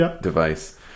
device